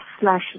slash